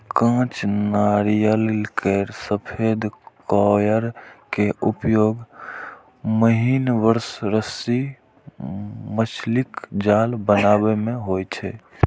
कांच नारियल केर सफेद कॉयर के उपयोग महीन ब्रश, रस्सी, मछलीक जाल बनाबै मे होइ छै